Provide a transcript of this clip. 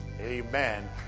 amen